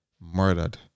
murdered